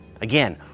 Again